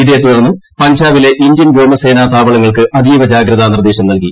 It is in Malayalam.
ഇതേ തുടർന്ന് പഞ്ചാബിലെ ഇന്ത്യൻ വ്യോമസേനാ താവളങ്ങൾക്ക് അതീവ ജാഗ്രതാ നിർദ്ദേശം നൽകി